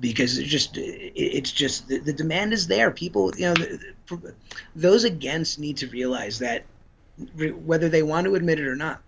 because it's just it's just the demand is there people for those against need to realize that whether they want to admit it or not